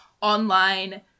online